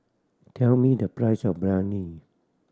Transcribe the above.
tell me the price of Biryani